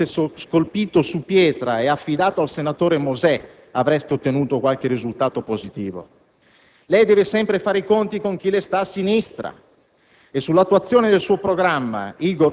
Ma qui nemmeno se il dodecalogo l'aveste scolpito su pietra e affidato al senatore Mosè avreste ottenuto qualche risultato positivo. Lei deve fare sempre i conti con chi le sta a sinistra